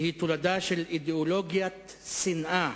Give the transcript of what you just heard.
שהיא תולדה של אידיאולוגיית שנאה,